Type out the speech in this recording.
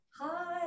Hi